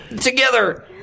Together